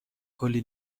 کلی